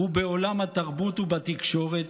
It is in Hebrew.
בעולם התרבות ובתקשורת?